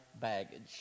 baggage